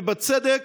ובצדק.